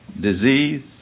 disease